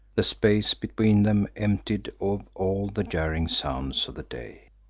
the space between them emptied of all the jarring sounds of the day.